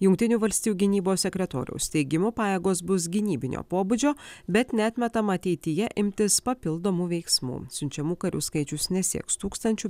jungtinių valstijų gynybos sekretoriaus teigimu pajėgos bus gynybinio pobūdžio bet neatmetama ateityje imtis papildomų veiksmų siunčiamų karių skaičius nesieks tūkstančių